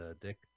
Dick